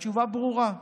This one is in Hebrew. התשובה ברורה: